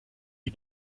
die